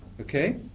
Okay